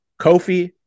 Kofi